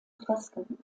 fresken